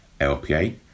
LPA